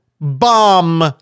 bomb